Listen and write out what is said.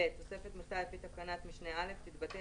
תוספת מכסה לפי תקנת משנה (א) תתבטל